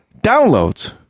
downloads